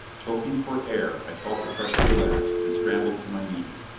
choking for air, i felt the pressure relax and scrambled to my knees.